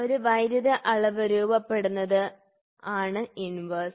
ഒരു വൈദ്യുത അളവ് രൂപാന്തരപ്പെടുന്നത് ആണ് ഇൻവെർസ്